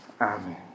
Amen